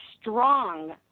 strong